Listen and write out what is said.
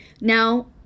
Now